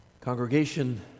Congregation